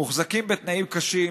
מוחזקים בתנאים קשים,